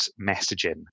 messaging